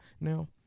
Now